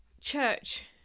church